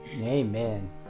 Amen